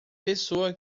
pessoa